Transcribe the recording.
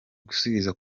gusubiza